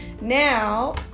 now